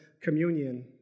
communion